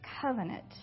covenant